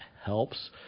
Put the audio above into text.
helps